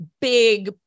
big